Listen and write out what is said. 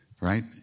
Right